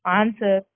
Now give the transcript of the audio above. answer. (